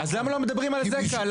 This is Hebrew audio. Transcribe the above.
אז למה לא מדברים על זה כאן?